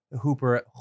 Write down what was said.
Hooper